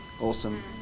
Awesome